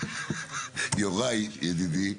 יוראי, ידידי,